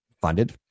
funded